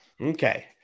Okay